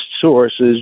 sources